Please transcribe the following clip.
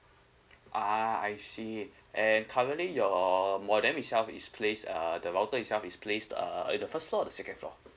ah I see and currently your modem itself is placed uh the router itself is placed uh at the first floor or the second floor